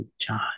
John